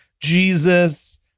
Jesus